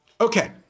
Okay